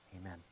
Amen